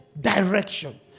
direction